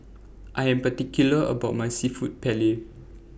I Am particular about My Seafood Paella